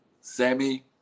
Sammy